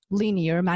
linear